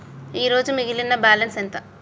ఈరోజు మిగిలిన బ్యాలెన్స్ ఎంత?